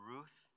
Ruth